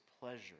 pleasure